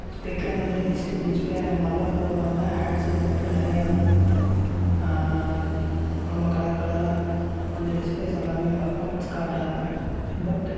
ஸ்பெக்கில் வந்துவிட்டு HD display அந்த மாதிரிலா போட்றாங்க ஆட்ஸில் வந்துவிட்டு நிறையா க ரொம்ப கலர் கலராக வந்து டிஸ்பிளேஸ் எல்லாமே பர்ஃபாமென்ஸ் காட்டுறாங்க பட்